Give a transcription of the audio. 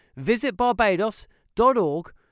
visitbarbados.org